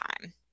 time